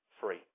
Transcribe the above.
free